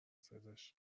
صداش